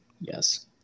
Yes